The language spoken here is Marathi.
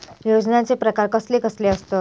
योजनांचे प्रकार कसले कसले असतत?